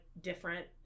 different